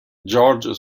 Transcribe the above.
george